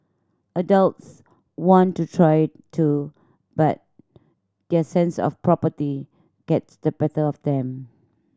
adults want to try it too but their sense of property gets the better of them